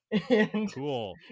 Cool